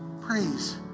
praise